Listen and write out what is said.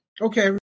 Okay